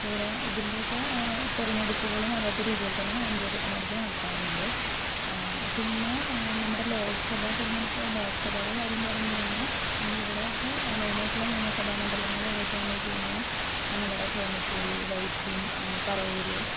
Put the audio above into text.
ഇവിടെ ഇതിന്റെയൊക്കെ തെരഞ്ഞെടുപ്പുകളും അതാത് രീതിയിൽ തന്നെ അഞ്ച് വർഷത്തിനിടക്ക് നടത്താറുണ്ട് പിന്നെ നമ്മുടെ ലോക് സഭാ തെരെഞ്ഞെടുപ്പ് ലോക് സഭയുടെ കാര്യം പറഞ്ഞു കഴിഞ്ഞാൽ ഇവിടത്തെ മെയ്നായിട്ടുള്ള നിയമസഭാ മണ്ഡലങ്ങൾ ഏതൊക്കെയാന്ന്വച്ചഴിഞ്ഞാൽ നമ്മുടെ കളമശ്ശേരി വൈപ്പിൻ പറവൂർ